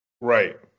Right